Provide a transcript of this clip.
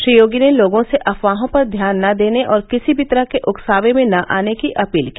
श्री योगी ने लोगों से अफवाहों पर ध्यान न देने और किसी भी तरह के उकसावे में न आने की अपील की